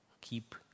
keep